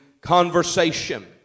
conversation